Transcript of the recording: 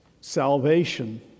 salvation